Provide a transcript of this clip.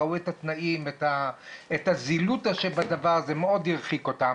ראו את התנאים ואת הזילות שבדבר וזה מאוד הרחיק אותם.